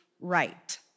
right